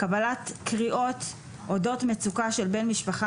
קבלת קריאות אודות מצוקה של בן משפחה